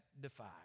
defied